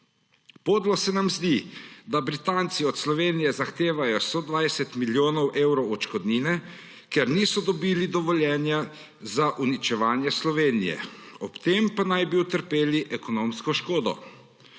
Podlo se nam zdi, da Britanci od Slovenije zahtevajo 120 milijonov evrov odškodnine, ker niso dobili dovoljenja za uničevanje Slovenije, ob tem pa naj bi utrpeli ekonomsko škodo.